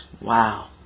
Wow